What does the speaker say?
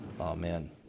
Amen